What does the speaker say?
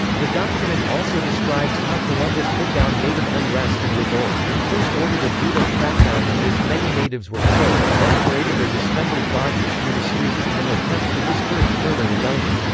the document also describes how columbus put down native unrest and revolt he first ordered a brutal crackdown in which many natives were killed and then paraded their dismembered bodies through the streets in an attempt to discourage further rebellion.